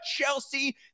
Chelsea